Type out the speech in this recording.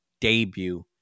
debut